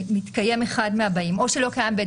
כשמתקיים אחד מהבאים: או שלא קיים בית